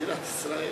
מדינת ישראל.